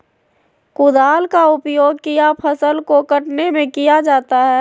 कुदाल का उपयोग किया फसल को कटने में किया जाता हैं?